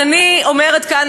אז אני אומרת כאן,